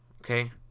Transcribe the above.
okay